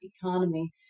economy